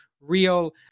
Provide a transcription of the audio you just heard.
real